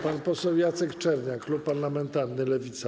Pan poseł Jacek Czerniak, klub parlamentarny Lewica.